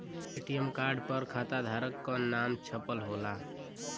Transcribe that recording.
ATM card पर खाताधारक क नाम छपल होला